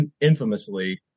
infamously